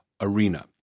arena